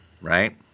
right